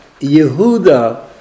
Yehuda